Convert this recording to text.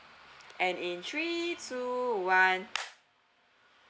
and in three two one